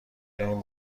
این